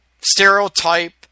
stereotype